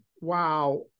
wow